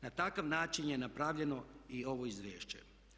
Na takav način je napravljeno i ovo izvješće.